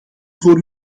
voor